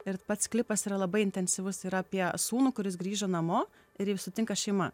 ir pats klipas yra labai intensyvus ir apie sūnų kuris grįžo namo ir jį sutinka šeima